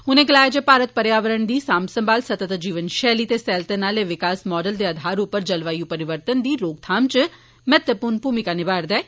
उनें गलाया जे भारत पर्यावरण दी सांम संभाल सत्तत जीवन शैली ते सैलतन आले विकास माडल दे आधार उप्पर जलवायु परिवर्तन दी रोकथाम च महत्वपूर्ण भूमका नमा'रदा ऐ